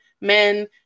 men